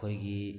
ꯑꯩꯈꯣꯏꯒꯤ